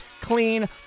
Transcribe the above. clean